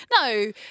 No